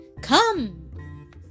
Come